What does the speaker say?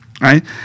right